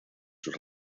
sus